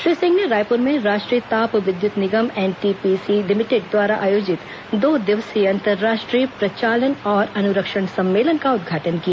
श्री सिंह ने रायपुर में राष्ट्रीय ताप विद्यत निगम एनटीपीसी लिमिटेड द्वारा आयोजित दो दिवसीय अंतर्राष्ट्रीय प्रचालन और ैअनुरक्षण सम्मेलन का उद्घाटन किया